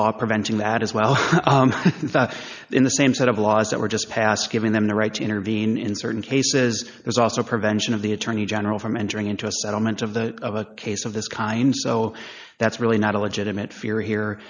law preventing that as well in the same set of laws that were just passed giving them the right to intervene in certain cases there's also prevention of the attorney general from entering into a settlement of the of a case of this kind so that's really not a legitimate fear here